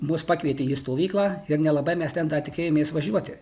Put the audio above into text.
mus pakvietė į stovyklą ir nelabai mes ten dar tikėjomės važiuoti